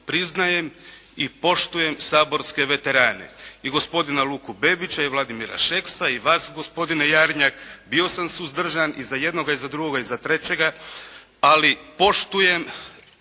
priznajem i poštujem saborske veterane. I gospodina Luku Bebića i Vladimira Šeksa i Vas gospodine Jarnjak, bio sam suzdržan i za jednoga i za drugoga i za trećega, ali poštujem,